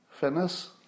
fitness